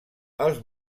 els